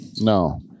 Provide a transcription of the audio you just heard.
No